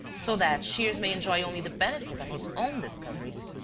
so that shears may enjoy only the benefit of his own discoveries.